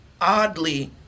oddly